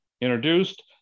introduced